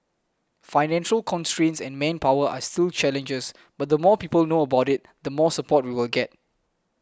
financial constraints and manpower are still challenges but the more people know about it the more support we will get